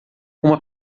uma